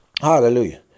Hallelujah